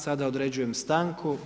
Sada određujem stanku.